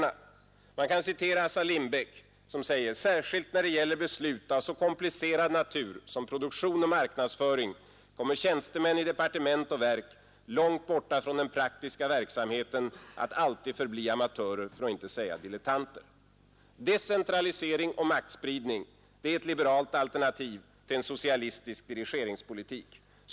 Eller, för att citera Assar Lindbeck: ”Särskilt när det gäller beslut av så komplicerad natur som produktion och marknadsföring kommer tjänstemän i departement och verk — långt borta från den praktiska verksamheten — att alltid förbli amatörer, för att inte säga dilettanter.” Decentralisering och maktspridning — det är det liberala alternativet till en socialistisk dirigeringspolitik.